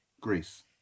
Greece